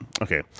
Okay